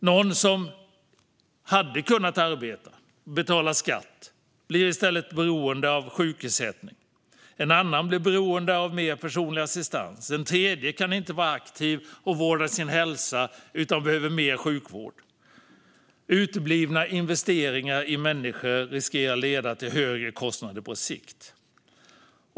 Någon som hade kunnat arbeta och betala skatt blir i stället beroende av sjukersättning. En annan blir beroende av mer personlig assistans. En tredje kan inte vara aktiv och vårda sin hälsa utan behöver mer sjukvård. Uteblivna investeringar i människor riskerar att leda till högre kostnader på sikt.